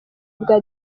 bwa